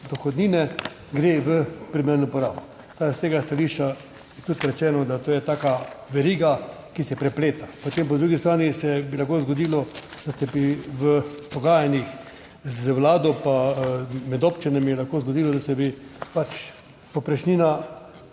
dohodnine gre v primerno porabo. Tako, da s tega stališča je tudi rečeno, da to je taka veriga, ki se prepleta. Potem po drugi strani se bi lahko zgodilo, da se bi v pogajanjih z Vlado pa med občinami lahko zgodilo, da se bi pač povprečnina